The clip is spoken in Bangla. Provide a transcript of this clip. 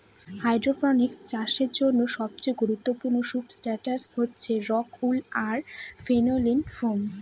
হাইড্রপনিক্স চাষের জন্য সবচেয়ে গুরুত্বপূর্ণ সুবস্ট্রাটাস হচ্ছে রক উল আর ফেনোলিক ফোম